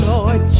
Lord